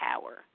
power